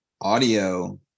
audio